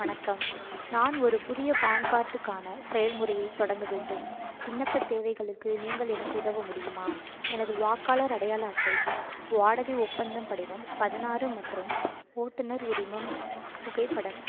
வணக்கம் நான் ஒரு புதிய பான் கார்டுக்கான செயல்முறையைத் தொடங்க வேண்டும் விண்ணப்பத் தேவைகளுக்கு நீங்கள் எனக்கு உதவ முடியுமா எனது வாக்காளர் அடையாள அட்டை வாடகை ஒப்பந்தம் படிவம் பதினாறு மற்றும் ஓட்டுநர் உரிமம் புகைப்படம்